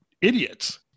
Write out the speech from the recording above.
idiots